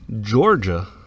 Georgia